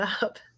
up